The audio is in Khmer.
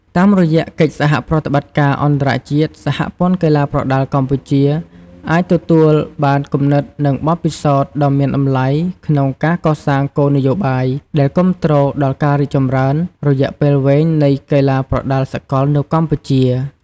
តាមរយៈកិច្ចសហប្រតិបត្តិការអន្តរជាតិ សហព័ន្ធកីឡាប្រដាល់កម្ពុជា អាចទទួលបានគំនិតនិងបទពិសោធន៍ដ៏មានតម្លៃក្នុងការកសាងគោលនយោបាយដែលគាំទ្រដល់ការរីកចម្រើនរយៈពេលវែងនៃកីឡាប្រដាល់សកលនៅកម្ពុជា។